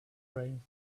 brains